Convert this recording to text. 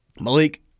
Malik